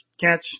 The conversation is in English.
catch